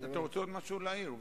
אתה רוצה להעיר עוד משהו?